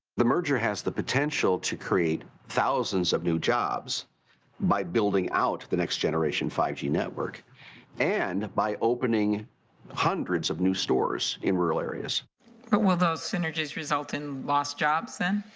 the merger has the potential to create thousands of new jobs by building out the next generation five g network and by opening hundreds of new stores in rural areas. but will those synergies result in lost jobs then?